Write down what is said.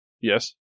yes